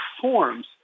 forms